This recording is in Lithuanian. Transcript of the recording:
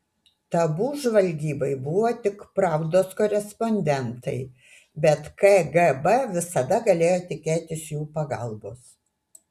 tabu žvalgybai buvo tik pravdos korespondentai bet kgb visada galėjo tikėtis jų pagalbos